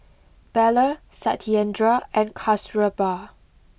Bellur Satyendra and Kasturba